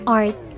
art